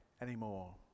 anymore